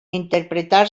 interpretar